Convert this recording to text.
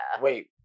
Wait